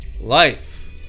life